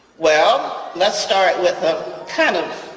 well let's start with a kind of